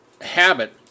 habit